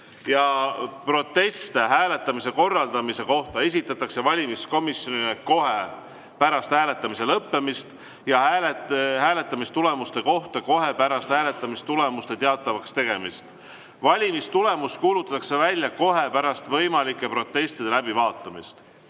Proteste hääletamise korraldamise kohta esitatakse valimiskomisjonile kohe pärast hääletamise lõppemist ja hääletamistulemuste kohta kohe pärast hääletamistulemuste teatavaks tegemist. Valimistulemus kuulutatakse välja kohe pärast võimalike protestide läbivaatamist. Riigikogu